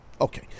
Okay